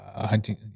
hunting